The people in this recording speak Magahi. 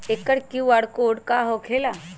एकर कियु.आर कोड का होकेला?